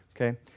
Okay